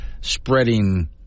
Spreading